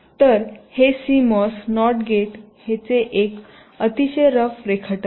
तर हे सिमॉस नॉट गेटचे एक अतिशय रफ रेखाटन आहे